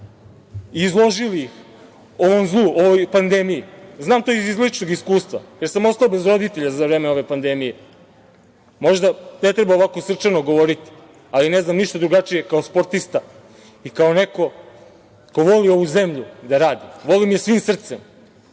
izložili ih ovom zlu, ovoj pandemiji, znam to i iz ličnog iskustva, jer sam ostao bez roditelja za vreme ove pandemije. Možda ne treba ovako srčano govoriti, ali ne znam drugačije, kao sportista i kao neko ko voli ovu zemlju gde radi. Volim je svim srcem.